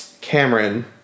Cameron